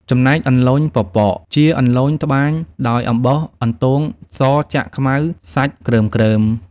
ចំណែកអន្លូញប៉ប៉ក ជាអន្លូញត្បាញដោយអំបោះអន្ទងសចាក់ខ្មៅសាច់គ្រើមៗ។